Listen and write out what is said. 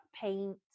paint